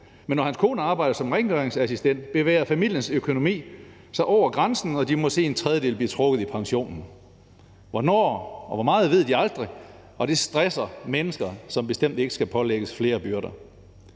Men når hans kone arbejder som rengøringsassistent, bevæger familiens økonomi sig over grænsen, og de må se, at en tredjedel bliver trukket i pensionen. Hvornår og hvor meget ved de aldrig, og det stresser mennesker, som bestemt ikke skal pålægges flere byrder.